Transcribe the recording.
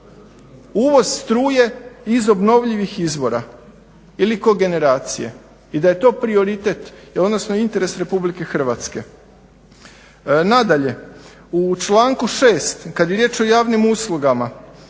Uvoz struje iz obnovljivih izvora ili kogeneracije i da je to prioritet, odnosno interes RH. Nadalje, u članku 6. kad je riječ o javnim uslugama